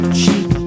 cheap